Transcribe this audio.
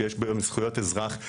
שיש בהם זכויות אזרח.